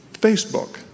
Facebook